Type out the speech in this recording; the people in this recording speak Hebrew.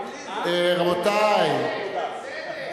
גם בלי זה אתה צריך להיות מודאג.